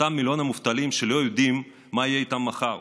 אותם מיליון המובטלים שלא יודעים מה יהיה איתם מחר,